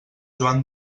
joan